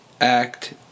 act